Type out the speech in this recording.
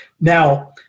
Now